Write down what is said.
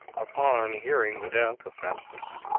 upon hearing the death of festus,